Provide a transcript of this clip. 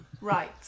Right